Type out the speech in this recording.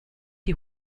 die